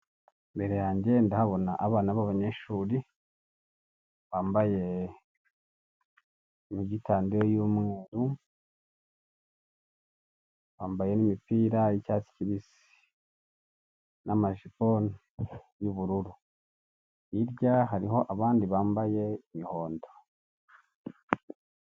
Imbere yanjye ndahabona abana b'abanyeshuri bambaye imyitandiro y'umweru bambaye n'imipira y'icyatsi kibisi n'amajipo y'ubururu, hirya hariho abandi bambaye imihondo.